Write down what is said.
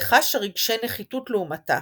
וחשה רגשי נחיתות לעומתה.